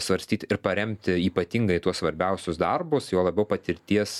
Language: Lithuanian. svarstyti ir paremti ypatingai tuos svarbiausius darbus juo labiau patirties